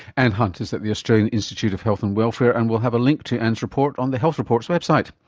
ann hunt is at the australian institute of health and welfare, and we'll have a link to ann's report on the health report's website.